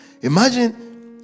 Imagine